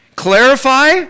clarify